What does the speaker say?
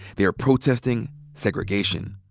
they were protesting segregation.